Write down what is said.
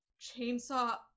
chainsaw